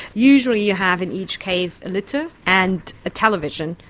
usually you have in each case a litter and a television,